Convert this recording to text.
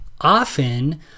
often